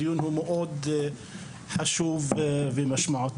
הדיון הוא מאוד חשוב ומשמעותי.